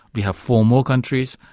we have four more countries,